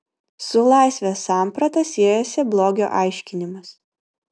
su laisvės samprata siejasi blogio aiškinimas